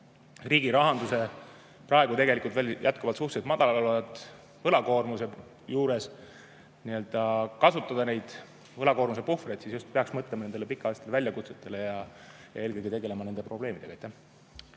riigi rahanduse praegu tegelikult jätkuvalt suhteliselt madalal oleva võlakoormuse juures kasutada neid võlakoormuse puhvreid, siis peaks just mõtlema nendele pikaajalistele väljakutsetele ja eelkõige tegelema nende probleemidega.